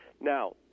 now